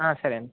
సరే అండి